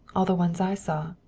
all the ones i saw.